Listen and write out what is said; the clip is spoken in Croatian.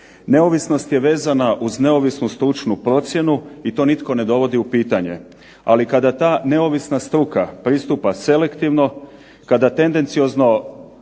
Neovisnost je vezana uz neovisnu stručnu procjenu, to nitko ne dovodi u pitanje, ali kada ta neovisna struka pristupa selektivno kada tendenciozno